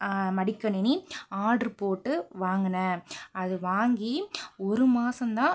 மடிக்கணினி ஆர்டர் போட்டு வாங்கினேன் அது வாங்கி ஒரு மாசம் தான்